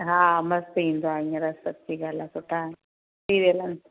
हा मस्तु ईंदो आहे हींअर सच्ची ॻाल्हि आहे सुठा सीरियल आहिनि